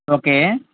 okay